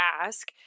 ask